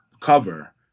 cover